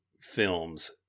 films